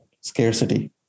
scarcity